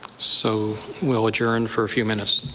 so we'll adjourn for a few minutes.